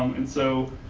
and so,